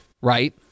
right